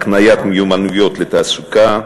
הקניית מיומנויות לתעסוקה,